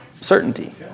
certainty